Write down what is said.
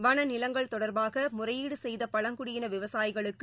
வன நிலங்கள் தொடர்பாகமுறையீடுசெய்தபழங்குடிவிவசாயிகளுக்கு